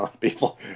people